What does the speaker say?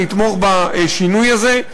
נתמוך בשינוי הזה.